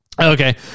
Okay